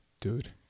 Dude